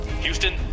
Houston